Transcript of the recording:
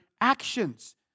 actions